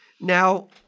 Now